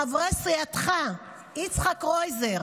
חברי סיעתך יצחק קרויזר